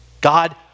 God